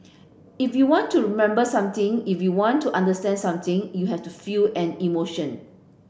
if you want to remember something if you want to understand something you have to feel an emotion